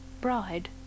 bride